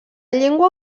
llengua